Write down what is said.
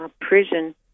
prison